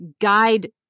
guide